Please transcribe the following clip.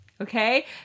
Okay